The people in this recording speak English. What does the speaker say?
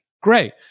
great